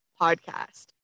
podcast